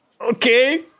okay